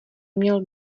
měl